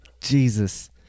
Jesus